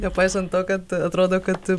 nepaisant to kad atrodo kad